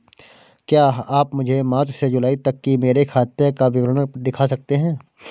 क्या आप मुझे मार्च से जूलाई तक की मेरे खाता का विवरण दिखा सकते हैं?